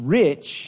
rich